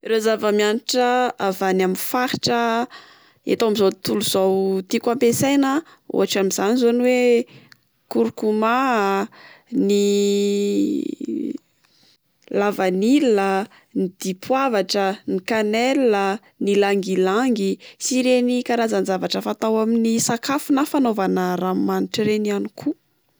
Ireo zava-mianitra avany amin'ny faritra eto amin'zao tontolo izao tiako ampiasaina ohatra amin'izany zao oe: kurkuma a, ny la vanila, ny dipoavatra ,ny canelle a, ny ilangilangy, sy ireny karazan-javatra fatao amin'ny sakafo na fanaovana ranomanitra ireny ihany koa.